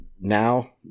now